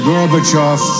Gorbachev